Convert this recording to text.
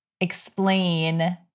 explain